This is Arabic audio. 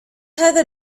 هذا